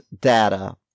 data